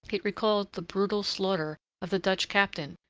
it recalled the brutal slaughter of the dutch captain,